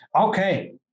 okay